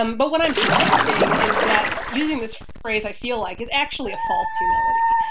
um but what i'm suggesting is that using this phrase i feel like is actually a false humility.